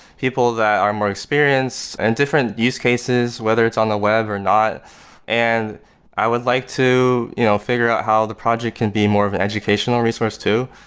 people that are more experienced, and different use cases, whether it's on the web or not and i would like to you know figure out how the project can be more of an educational resource too,